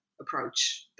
approach